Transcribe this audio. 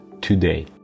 today